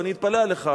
אני מתפלא עליך,